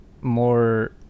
more